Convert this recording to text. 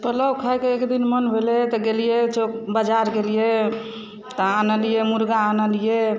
पुलाव खाइ के एक दिन मोन भेलै तऽ गेलिए बजार गेलिए तऽ आनलिए मुर्गा आनलिए